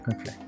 Okay